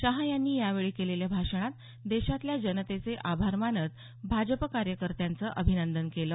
शहा यांनी यावेळी केलेल्या भाषणात देशातल्या जनतेचे आभार मानत भाजप कार्यकर्त्यांचं अभिनंदन केलं